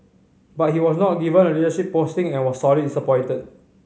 but he was not given a leadership posting and was sorely disappointed